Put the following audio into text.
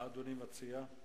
מה אדוני מציע?